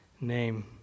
name